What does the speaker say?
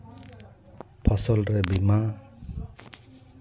ᱯᱷᱚᱥᱚᱞ ᱨᱮ ᱵᱤᱢᱟ